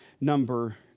number